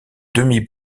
demi